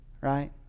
right